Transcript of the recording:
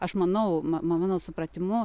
aš manau ma mano supratimu